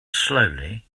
slowly